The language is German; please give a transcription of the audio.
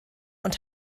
und